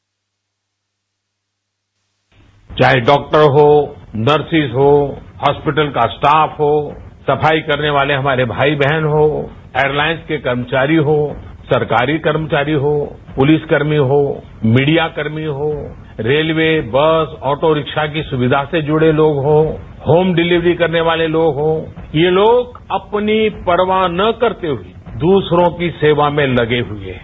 bite चाहे doctors हो nurses हो हास्पिटल का स्टाफ हो सफाई करने वाले हमारे भाई बहन हो एयरलाइंस के कर्मचारी हो सरकारी कर्मचारी हो पुलिस कर्मी हो मीडियाकर्मी हो रेलवे बस ऑटो रिक्शा की सुविधा से जुड़े लोग हो होम डिलीवरी करने वाले लोग हो ये लोग अपनी परवाह न करते हुए दूसरो की सेवा में लगे हुए हैं